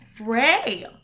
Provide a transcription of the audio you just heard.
Ray